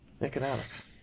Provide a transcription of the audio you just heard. Economics